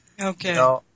Okay